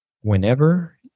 Whenever